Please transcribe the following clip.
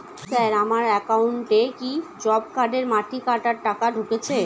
Sir আমার একাউন্টে কি জব কার্ডের মাটি কাটার টাকা ঢুকেছে?